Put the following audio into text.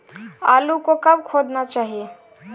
आलू को कब खोदना चाहिए?